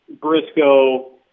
Briscoe